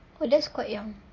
oh that's quite young